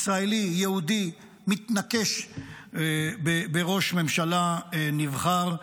ישראלי יהודי מתנקש בראש ממשלה נבחר.